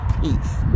Peace